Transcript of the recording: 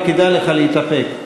וכדאי לך להתאפק,